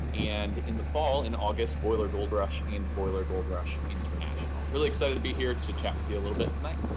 and in the fall, in august, boiler gold rush and boiler gold rush international. really excited to be here to chat with you a little bit tonight?